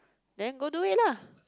then go do it lah